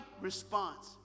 response